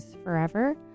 forever